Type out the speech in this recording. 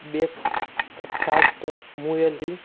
breakfast muesli